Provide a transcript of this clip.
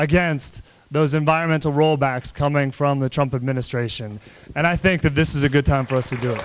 against those environmental rollbacks coming from the trumpet ministration and i think that this is a good time for us to do